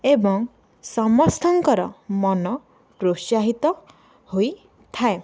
ଏବଂ ସମସ୍ତଙ୍କର ମନ ପ୍ରୋତ୍ସାହିତ ହୋଇଥାଏ